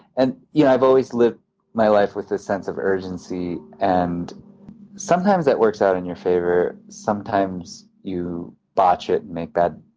and yeah i've always lived my life with a sense of urgency and sometimes that works out in your favor sometimes you botch it and make bad,